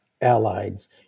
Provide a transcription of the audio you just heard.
allies